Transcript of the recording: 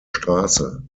straße